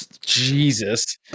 Jesus